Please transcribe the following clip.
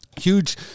Huge